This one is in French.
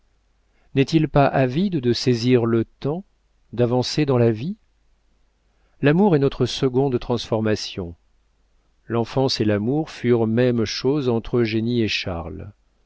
n'est-il pas avide de saisir le temps d'avancer dans la vie l'amour est notre seconde transformation l'enfance et l'amour furent même chose entre eugénie et charles